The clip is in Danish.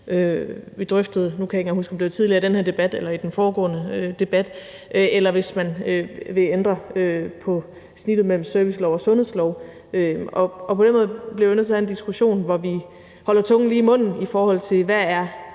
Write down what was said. vi drøftede – nu kan jeg ikke huske, om det var tidligere i den her debat eller i den foregående debat – eller hvis man vil ændre på snittet mellem servicelov og sundhedslov. Og på den måde bliver vi nødt til at have en diskussion, hvor vi holder tungen lige i munden, i forhold til hvad der